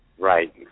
Right